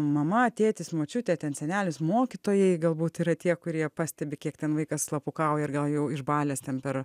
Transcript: mama tėtis močiutė ten senelis mokytojai galbūt yra tie kurie pastebi kiek ten vaikas slapukauja ir gal jau išbalęs ten per a